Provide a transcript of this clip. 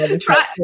try